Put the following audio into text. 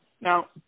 Now